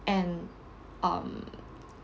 and um